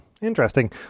Interesting